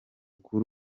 kuri